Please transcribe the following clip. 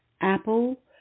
Apple